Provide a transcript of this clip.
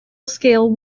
scale